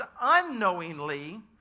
unknowingly